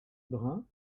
brun